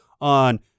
on